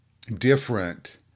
different